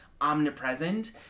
omnipresent